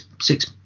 six